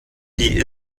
die